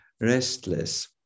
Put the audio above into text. restless